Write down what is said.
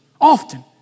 often